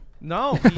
No